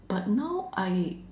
but now I